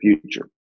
future